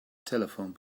telephone